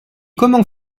comment